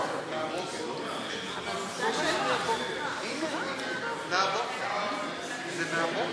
אבל איפה, אני, היום בצהריים עוד